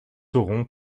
auront